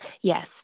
Yes